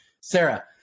Sarah